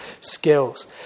skills